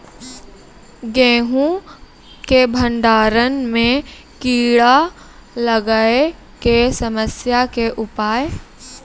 गेहूँ के भंडारण मे कीड़ा लागय के समस्या के उपाय?